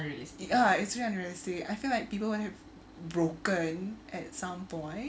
ha it's very unrealistic I feel like people will have broken at some point